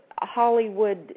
Hollywood